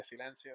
silencio